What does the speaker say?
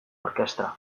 orkestra